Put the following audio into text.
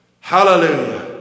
Hallelujah